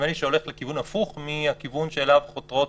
הולכות לכיוון הפוך מהכיוון שאליו חותרות